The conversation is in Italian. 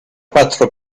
quattro